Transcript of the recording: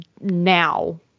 now